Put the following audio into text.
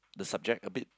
the subject a bit